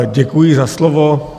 Děkuji za slovo.